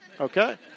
okay